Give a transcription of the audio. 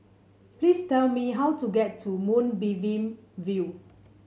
please tell me how to get to Moonbeam View